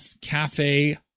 Cafe